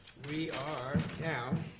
we are now